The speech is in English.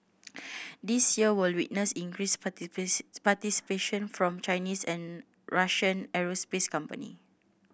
this year will witness increased participation from Chinese and Russian aerospace companies